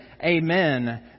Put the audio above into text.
Amen